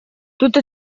tutto